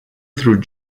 through